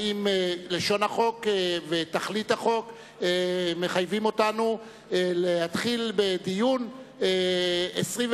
האם לשון החוק ותכלית החוק מחייבות אותנו להתחיל בדיון 24